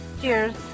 Cheers